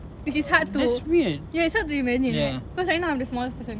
which is hard to ya it's hard to imagine right cause right now I'm the smallest person